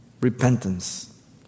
repentance